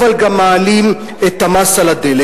אבל גם מעלים את המס על הדלק.